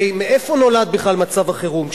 מאיפה נולד בכלל מצב החירום?